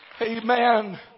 Amen